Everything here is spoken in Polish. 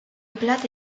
blady